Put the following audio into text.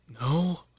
No